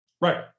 Right